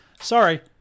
Sorry